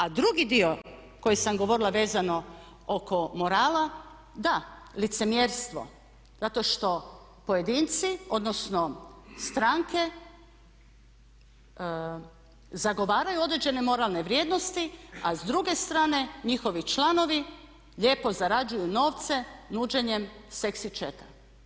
A drugi dio koji sam govorila vezano oko morala da licemjerstvo zato što pojedinci, odnosno stranke zagovaraju određene moralne vrijednosti a s druge strane njihovi članovi lijepo zarađuju novce nuđenjem seksi chata.